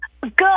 Good